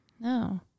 No